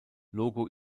logo